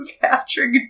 Patrick